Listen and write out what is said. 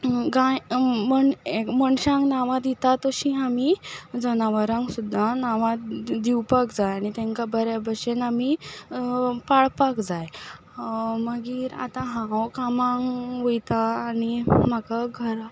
गाय मन मनशांक नांवां दिता तशीं आमी जनावरांक सुद्दां नांवां दिवपाक जाय आनी तेंका बरें भाशेन आमी पाळपाक जाय मागीर आतां हांव कामांक वयता आनी म्हाका घरा